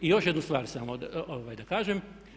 I još jednu stvar samo da kažem.